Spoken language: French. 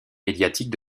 médiatique